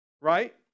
right